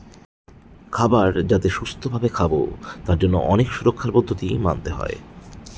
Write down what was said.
খাবার যাতে সুস্থ ভাবে খাবো তার জন্য অনেক সুরক্ষার পদ্ধতি মানতে হয়